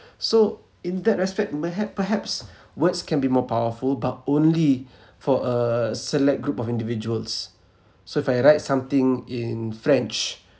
so in that respect perhap~ perhaps words can be more powerful but only for a select group of individuals so if I write something in french